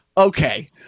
Okay